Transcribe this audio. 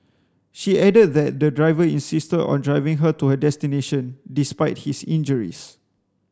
she added that the driver insisted on driving her to her destination despite his injuries